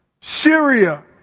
Syria